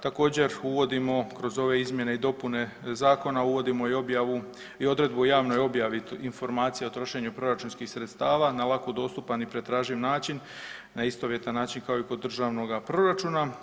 Također uvodimo kroz ove izmjene i dopune zakona uvodimo i odredbu o javnoj objavi informacija o trošenju proračunskih sredstava na lako dostupan i pretraživ način na istovjetan način kao i kod državnoga proračuna.